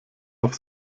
auf